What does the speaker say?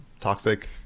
toxic